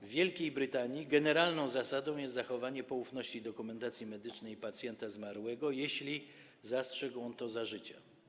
W Wielkiej Brytanii generalną zasadą jest zachowanie poufności dokumentacji medycznej pacjenta zmarłego, jeśli zastrzegł on to za życia.